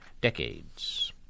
decades